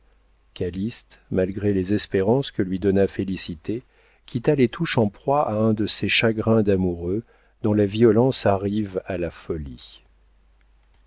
calyste malgré les espérances que lui donna félicité quitta les touches en proie à un de ces chagrins d'amoureux dont la violence arrive à la folie